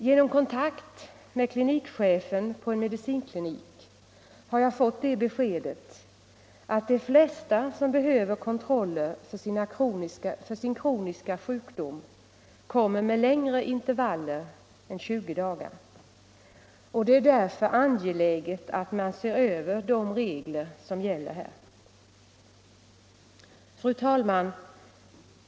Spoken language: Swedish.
Genom kontakt med klinikchefen på en medicinklinik har jag fått beskedet att de flesta som behöver kontroll för sin kroniska sjukdom kommer med längre intervaller än 20 dagar och att det därför är angeläget att man ser över de regler som gäller. Fru talman!